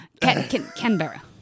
Canberra